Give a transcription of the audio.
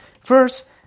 first